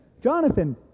Jonathan